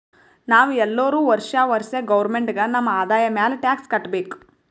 ನಾವ್ ಎಲ್ಲೋರು ವರ್ಷಾ ವರ್ಷಾ ಗೌರ್ಮೆಂಟ್ಗ ನಮ್ ಆದಾಯ ಮ್ಯಾಲ ಟ್ಯಾಕ್ಸ್ ಕಟ್ಟಬೇಕ್